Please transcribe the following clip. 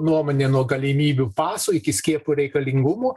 nuomonę nuo galimybių paso iki skiepo reikalingumo